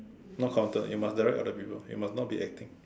not counted you must direct people you must not be acting